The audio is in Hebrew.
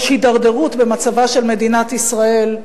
יש הידרדרות במצבה של מדינת ישראל,